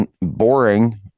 boring